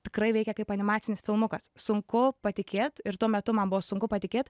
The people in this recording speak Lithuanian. tikrai veikia kaip animacinis filmukas sunku patikėt ir tuo metu man buvo sunku patikėt